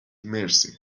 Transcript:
مرسی